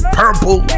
purple